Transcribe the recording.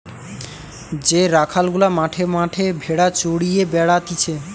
যে রাখাল গুলা মাঠে মাঠে ভেড়া চড়িয়ে বেড়াতিছে